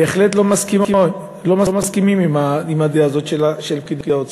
רואה שבהחלט לא מסכימים עם הדעה הזאת של פקידי האוצר.